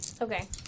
Okay